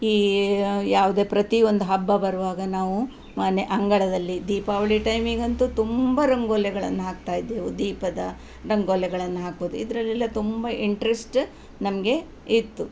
ಈ ಯಾವ್ದೇ ಪ್ರತಿಯೊಂದು ಹಬ್ಬ ಬರುವಾಗ ನಾವು ಮನೆ ಅಂಗಳದಲ್ಲಿ ದೀಪಾವಳಿ ಟೈಮಿಗಂತೂ ತುಂಬ ರಂಗೋಲಿಗಳನ್ ಹಾಕ್ತಾಯಿದ್ದೆವು ದೀಪದ ರಂಗೋಲಿಗಳನ್ ಹಾಕೋದ್ ಇದರಲ್ಲೆಲ್ಲ ತುಂಬ ಇಂಟ್ರೆಸ್ಟ್ ನಮಗೆ ಇತ್ತು